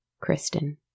Kristen